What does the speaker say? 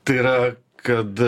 tai yra kad